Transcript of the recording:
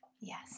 Yes